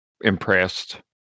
impressed